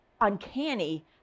uncanny